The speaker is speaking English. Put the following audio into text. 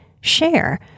share